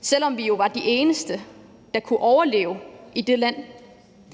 selv om vi jo var de eneste, der kunne overleve i det land.